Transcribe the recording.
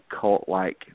cult-like